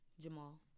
Jamal